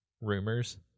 rumors